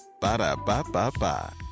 Ba-da-ba-ba-ba